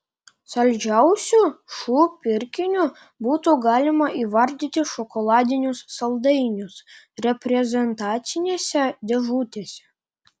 saldžiausiu šu pirkiniu būtų galima įvardyti šokoladinius saldainius reprezentacinėse dėžutėse